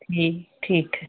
ठीक ठीक है